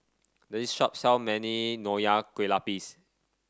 this shop sell many Nonya Kueh Lapis